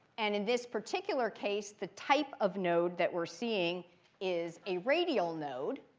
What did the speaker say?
and in this particular case, the type of node that we're seeing is a radial node.